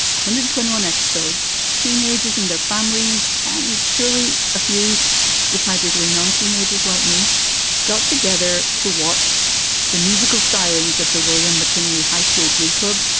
hundred and twenty one episodes, teenagers and their families and surely a few decidedly non teenagers like me got together to watch the musical stylings of the william mckinley high school glee club.